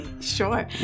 Sure